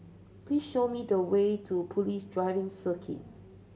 please show me the way to Police Driving Circuit